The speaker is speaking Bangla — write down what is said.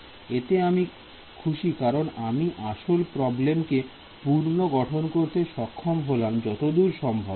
এতে আমি খুশি কারণ আমি আসল প্রবলেমকে পুনর্গঠন করতে সক্ষম হলাম যতদূর সম্ভব